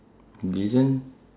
villain